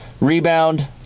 Rebound